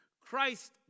Christ